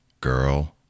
Girl